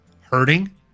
hurting